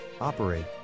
operate